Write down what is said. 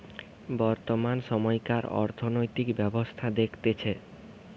বর্তমান সময়কার অর্থনৈতিক ব্যবস্থা দেখতেছে